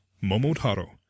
Momotaro